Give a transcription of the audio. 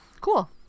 cool